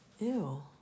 Ew